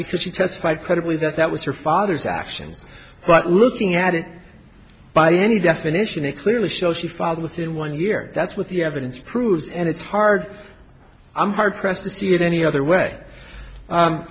because she testified credibly that that was her father's actions but looking at it by any definition it clearly shows she filed within one year that's what the evidence proves and it's hard i'm hard pressed to see it any other way